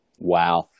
Wow